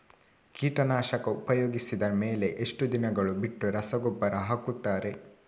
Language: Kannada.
ಕೀಟನಾಶಕ ಉಪಯೋಗಿಸಿದ ಮೇಲೆ ಎಷ್ಟು ದಿನಗಳು ಬಿಟ್ಟು ರಸಗೊಬ್ಬರ ಹಾಕುತ್ತಾರೆ?